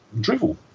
drivel